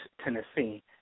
Tennessee